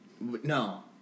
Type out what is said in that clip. No